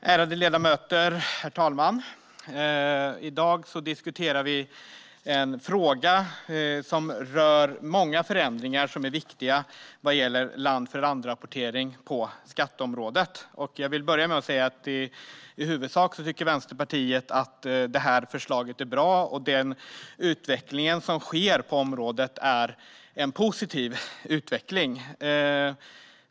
Herr talman och ärade ledamöter! I dag diskuterar vi en fråga som rör många förändringar som är viktiga vad gäller land-för-land-rapportering på skatteområdet. Jag vill börja med att säga att Vänsterpartiet i huvudsak tycker att förslaget är bra och att den utveckling som sker på området är en positiv utveckling.